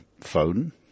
phone